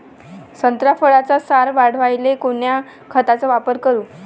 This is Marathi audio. संत्रा फळाचा सार वाढवायले कोन्या खताचा वापर करू?